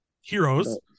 heroes